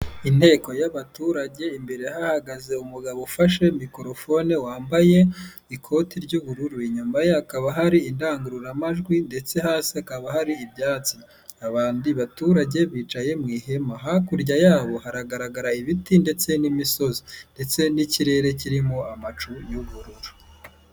Inteko y'abaturage imbere hahagaze umugabo ufashe mikorofone wambaye ikoti ry'ubururu, inyuma ye hakaba hari indangururamajwi ndetse hasi hakaba hari ibyatsi. Abandi baturage bicaye mu ihema, hakurya yabo haragaragara ibiti ndetse n'imisozi ndetse n'ikirere kirimo amacu y'ubururu.